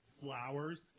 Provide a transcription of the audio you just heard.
flowers